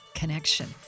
connection